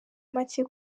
make